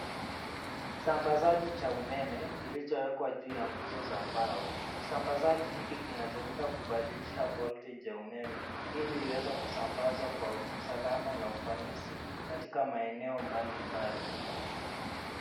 Ni kisambazaji cha umeme kilichowekwa juu ya nguzo za mbao, kisambazaji hiki kinatumika kubadilisha voltage ya umeme ili iweze kusambazwa kwa salama na ufanisi katika maeneo mbalimbali.